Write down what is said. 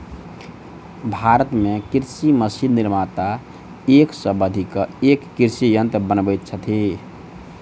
भारत मे कृषि मशीन निर्माता एक सॅ बढ़ि क एक कृषि यंत्र बनबैत छथि